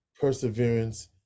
perseverance